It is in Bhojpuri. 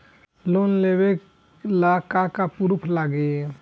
लोन लेबे ला का का पुरुफ लागि?